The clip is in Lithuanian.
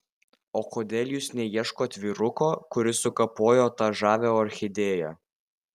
o kodėl jūs neieškot vyruko kuris sukapojo tą žavią orchidėją